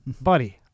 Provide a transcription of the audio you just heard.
buddy